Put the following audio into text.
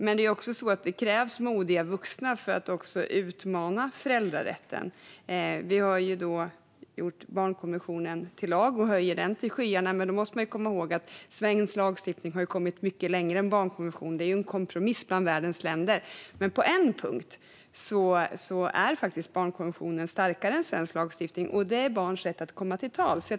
Men det krävs modiga vuxna för att utmana föräldrarätten. Vi har gjort barnkonventionen till lag och höjer den till skyarna, men man måste komma ihåg att svensk lagstiftning har kommit mycket längre än barnkonventionen, som är en kompromiss mellan världens länder. Men på en punkt är barnkonventionen faktiskt starkare än svensk lagstiftning, och det gäller barns rätt att komma till tals.